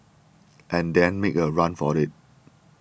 and then make a run for it